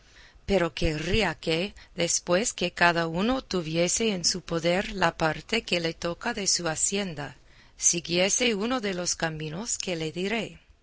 pero querría que después que cada uno tuviese en su poder la parte que le toca de su hacienda siguiese uno de los caminos que le diré